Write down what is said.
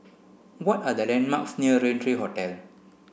what are the landmarks near Raintr three Hotel